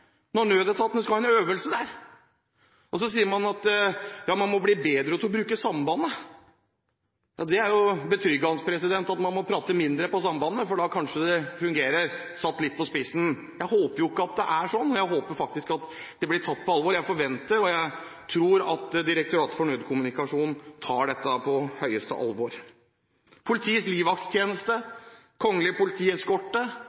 sier man at man må bli bedre til å bruke sambandet. Det er jo betryggende at man må prate mindre på sambandet, for da fungerer det kanskje – satt litt på spissen. Jeg håper jo ikke at det er sånn. Jeg håper at det blir tatt på alvor. Jeg forventer og jeg tror at Direktoratet for nødkommunikasjon tar dette på høyeste alvor. Politiets